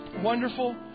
Wonderful